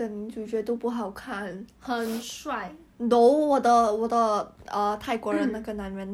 okay you know what I want to meet a 大总裁 and do a chinese drama with him